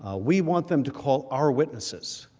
ah we want them to call our witnesses